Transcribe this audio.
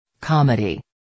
Comedy